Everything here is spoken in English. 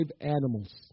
animals